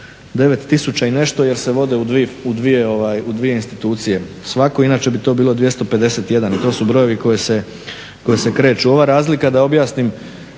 tisuća i nešto je se vode u dvije institucije svakoj, inače bi to bilo 251. I to su brojevi koji se kreću. Ova razlika, da objasnim,